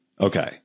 okay